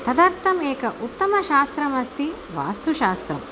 तदर्थं एकम् उत्तमशास्त्रमस्ति वास्तुशास्त्रम्